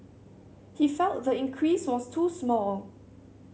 he felt the increase was too small